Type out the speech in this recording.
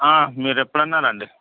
మీరెప్పుడన్నా రండి